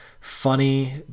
funny